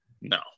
No